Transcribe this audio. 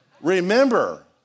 remember